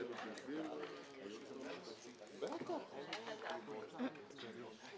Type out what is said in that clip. אתה ביקשת לקדם את הנושא של ה-CRS ואנחנו כמובן נעתרנו לבקשתך.